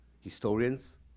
historians